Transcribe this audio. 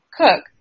cook